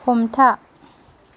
हमथा